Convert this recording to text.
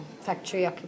factory